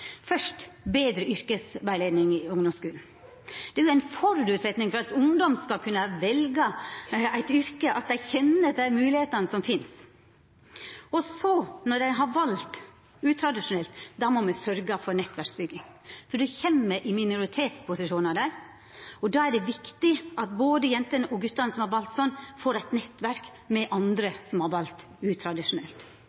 Først: betre yrkesrådgjeving i ungdomsskulen – det er ein føresetnad for at ungdom skal kunne velja eit yrke, at dei kjenner dei moglegheitene som finst. Når dei så har valt utradisjonelt, må me sørgja for nettverksbygging, for ein kjem i minoritetsposisjonar der, og då er det viktig at både jentene og gutane som har valt slik, får eit nettverk med andre